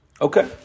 Okay